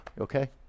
Okay